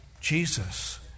Jesus